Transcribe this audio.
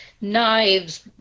knives